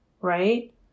right